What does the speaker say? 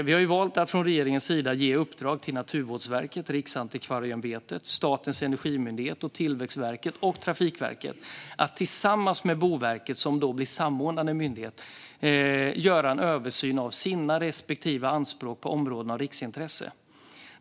Vi har valt att från regeringens sida ge i uppdrag till Naturvårdsverket, Riksantikvarieämbetet, Statens energimyndighet, Tillväxtverket och Trafikverket att tillsammans med Boverket, som blir samordnande myndighet, göra en översyn av sina respektive anspråk på områdena av riksintresse.